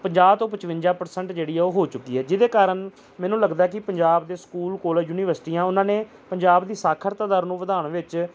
ਪੰਜਾਹ ਤੋਂ ਪਚਵੰਜਾ ਪਰਸੈਂਟ ਜਿਹੜੀ ਹੈ ਉਹ ਹੋ ਚੁੱਕੀ ਹੈ ਜਿਹੜੇ ਕਾਰਨ ਮੈਨੂੰ ਲੱਗਦਾ ਕਿ ਪੰਜਾਬ ਦੇ ਸਕੂਲ ਕੋਲੇਜ ਯੂਨੀਵਸਟੀਆਂ ਉਨ੍ਹਾਂ ਨੇ ਪੰਜਾਬ ਦੀ ਸਾਖਰਤਾ ਦਰ ਨੂੰ ਵਧਾਉਣ ਵਿੱਚ